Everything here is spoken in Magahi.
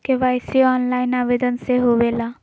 के.वाई.सी ऑनलाइन आवेदन से होवे ला?